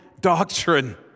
doctrine